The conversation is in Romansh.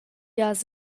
has